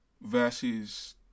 versus